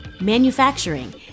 manufacturing